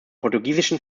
portugiesischen